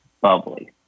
bubbly